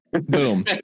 boom